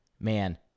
man